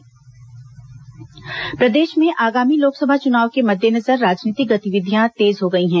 कांग्रेस बैठक प्रदेश में आगामी लोकसभा चुनाव के मद्देनजर राजनीतिक गतिविधियां तेज हो गई हैं